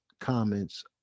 comments